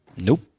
Nope